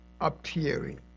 appearing